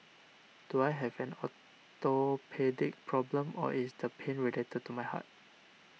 do I have an orthopaedic problem or is the pain related to my heart